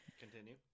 Continue